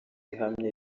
ihamye